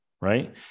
right